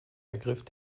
ergriff